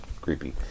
creepy